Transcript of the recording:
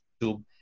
YouTube